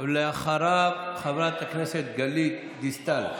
אחריו, חברת הכנסת גלית דיסטל.